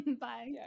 Bye